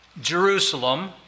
Jerusalem